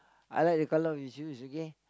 I like the colour of your shoes okay